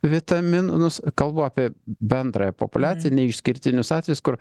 vitaminus kalbu apie bendrąją populiaciją ne išskirtinius atvejus kur